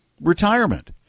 retirement